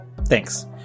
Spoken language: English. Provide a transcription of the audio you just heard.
Thanks